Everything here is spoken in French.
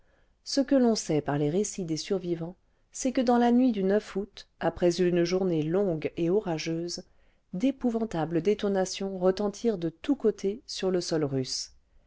ce que l'on sait par les récits des survivants c'est que dans la nuit du août après une journée lourde et orageuse d'épouvantables détonations retentirent de tous côtés sur le sol russe